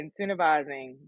incentivizing